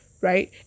right